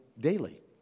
daily